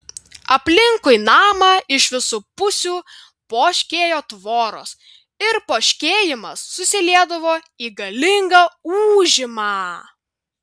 aplinkui namą iš visų pusių poškėjo tvoros ir poškėjimas susiliedavo į galingą ūžimą